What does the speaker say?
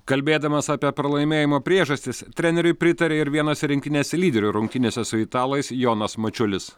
kalbėdamas apie pralaimėjimo priežastis treneriui pritarė ir vienas rinktinės lyderių rungtynėse su italais jonas mačiulis